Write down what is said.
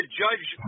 judge